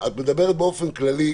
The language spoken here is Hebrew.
את מדברת באופן כללי,